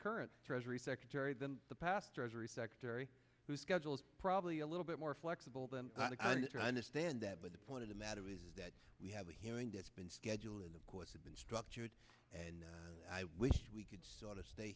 current treasury secretary than the pastor every secretary who schedule is probably a little bit more flexible than i understand that but the point of the matter is that we have a hearing that's been scheduled and of course had been struck and i wish we could sort of stay